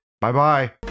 Bye-bye